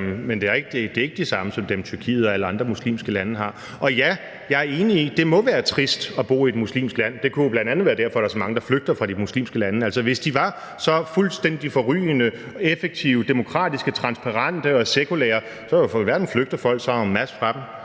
Men det er rigtigt, at det ikke er de samme som dem, Tyrkiet og alle andre muslimske lande har. Og ja, jeg er enig i, at det må være trist at bo i et muslimsk land. Det kunne jo bl.a. være derfor, der er så mange, der flygter fra de muslimske lande. Hvis de var så fuldstændig forrygende, effektive, demokratiske, transparente og sekulære, hvorfor i alverden flygter folk så en masse fra dem?